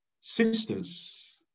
sisters